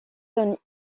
donne